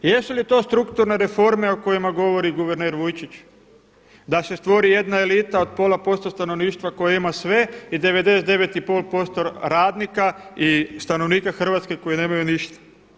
Jesu li to strukturne reforme o kojima govori guverner Vujčić, da se stvori jedna elita od pola posto stanovništva koje im sve i 99,5% radnika i stanovnika Hrvatske koji nemaju ništa?